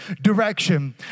direction